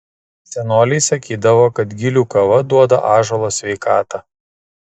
senoliai sakydavo kad gilių kava duoda ąžuolo sveikatą